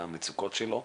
המצוקות שלו.